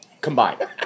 combined